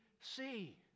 see